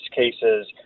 cases